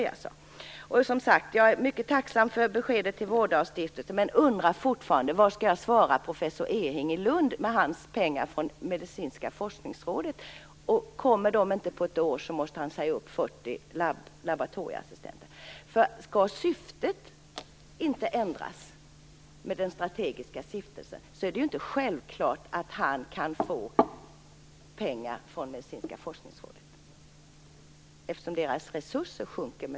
Jag är mycket tacksam för beskedet om Vårdalstiftelsen men undrar fortfarande vad jag skall svara professor Ehinger i Lund om hans pengar från Medicinska forskningsrådet. Kommer de inte på ett år måste han säga upp 40 laboratorieassistenter. Skall syftet inte ändras med den strategiska stiftelsen är det inte självklart att han kan få pengar från Medicinska forskningsrådet, eftersom dess resurser minskar med